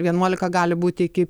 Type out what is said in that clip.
vienuolika gali būti iki